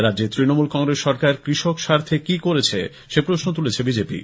রাজ্যে তৃণমূল কংগ্রেস সরকার কৃষক স্বার্থে কি করছে সে প্রশ্ন তুলেছে বিজেপি